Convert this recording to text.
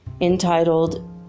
entitled